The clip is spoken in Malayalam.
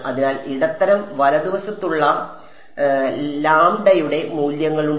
അതിനാൽ ഇടത്തരം വലതുവശത്തുള്ള ലാംഡയുടെ മൂല്യങ്ങളുണ്ട്